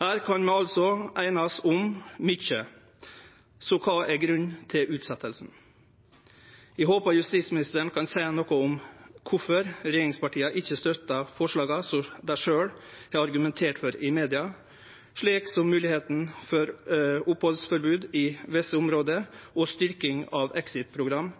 Her kan vi einast om mykje, så kva er grunnen for utsetjinga? Eg håpar at justisministeren kan seie noko om kvifor regjeringspartia ikkje støttar forslaga som dei sjølve har argumentert for i media, slik som mogelegheita for opphaldsforbod i visse område og styrking av